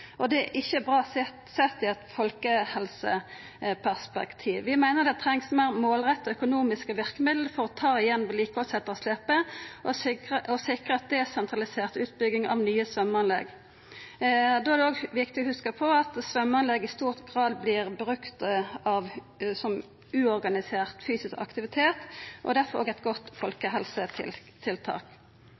Det er ikkje bra, sett i eit folkehelseperspektiv. Vi meiner det trengst meir målretta økonomiske verkemiddel for å ta igjen vedlikehaldsetterslepet og sikra ei desentralisert utbygging av nye svømmeanlegg. Då er det òg viktig å hugsa på at svømmeanlegg i stor grad vert brukte til uorganisert fysisk aktivitet – og difor òg er eit godt